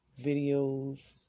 videos